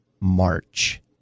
March